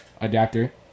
adapter